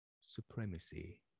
supremacy